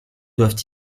doivent